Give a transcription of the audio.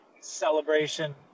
celebration